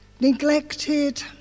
neglected